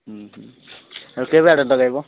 ହୁଁ ହୁଁ ଆଉ କେବେ ଆଡ଼େ ଲଗେଇବ